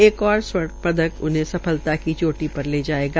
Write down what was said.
एक और स्वर्ण पदक उन्हे सफलता की चोटी पर ले जायेगा